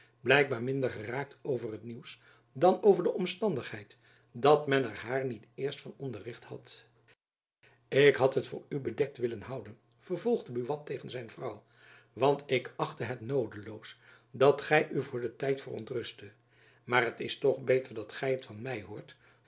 blijkbaar minder geraakt over het nieuws dan over de omstandigheid dat men er haar niet het eerst van onderricht had ik had het voor u bedekt willen houden vervolgde buat tegen zijn vrouw want ik achtte het noodeloos dat gy u voor den tijd verontrusttet maar het is toch beter dat gy het van my hoort